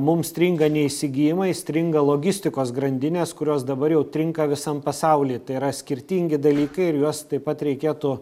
mum stringa ne įsigijimai stringa logistikos grandinės kurios dabar jau trinka visam pasauly tai yra skirtingi dalykai ir juos taip pat reikėtų